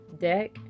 deck